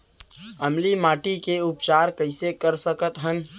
अम्लीय माटी के उपचार कइसे कर सकत हन?